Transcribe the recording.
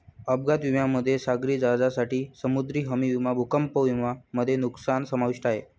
अपघात विम्यामध्ये सागरी जहाजांसाठी समुद्री हमी विमा भूकंप विमा मध्ये नुकसान समाविष्ट आहे